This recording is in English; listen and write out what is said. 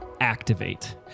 Activate